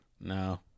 no